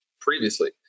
previously